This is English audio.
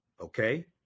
okay